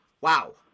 Wow